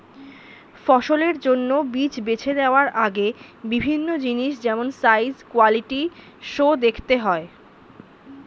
ফসলের জন্য বীজ বেছে নেওয়ার আগে বিভিন্ন জিনিস যেমন সাইজ, কোয়ালিটি সো দেখতে হয়